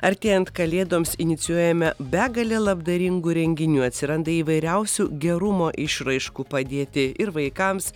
artėjant kalėdoms inicijuojame begalę labdaringų renginių atsiranda įvairiausių gerumo išraiškų padėti ir vaikams